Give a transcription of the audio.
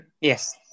Yes